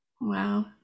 Wow